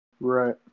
Right